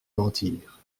mentir